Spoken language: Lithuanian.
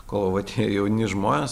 kol va tie jauni žmonės